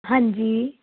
ਹਾਂਜੀ